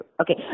Okay